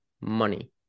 money